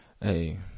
Hey